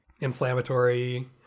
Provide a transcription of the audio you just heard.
inflammatory